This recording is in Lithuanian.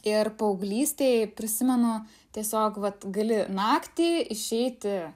ir paauglystėj prisimenu tiesiog vat gali naktį išeiti